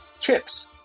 chips